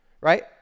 right